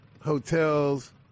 hotels